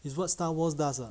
it's what star wars does ah